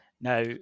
Now